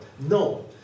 No